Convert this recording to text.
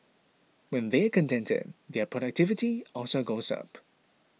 when they are contented their productivity also goes up